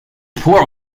poor